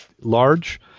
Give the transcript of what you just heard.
large